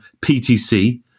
PTC